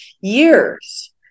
years